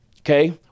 okay